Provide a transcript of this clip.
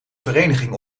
vereniging